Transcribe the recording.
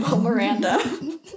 Miranda